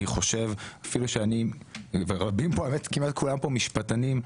אני חושב שסביב השולחן רבים, כמעט כולם, משפטנים.